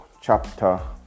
chapter